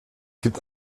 gibt